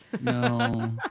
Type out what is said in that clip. No